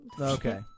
Okay